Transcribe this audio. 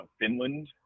Finland